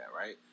right